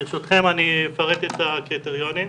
ברשותכם אפרט את הקריטריונים.